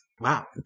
Wow